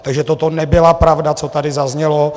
Takže toto nebyla pravda, co tady zaznělo.